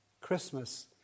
Christmas